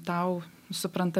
tau suprantu